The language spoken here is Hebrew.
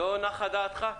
לא נחה דעתך?